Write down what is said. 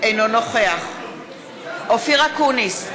אינו נוכח אופיר אקוניס,